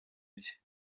bye